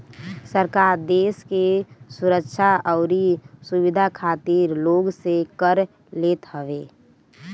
सरकार देस के सुरक्षा अउरी सुविधा खातिर लोग से कर लेत हवे